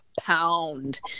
pound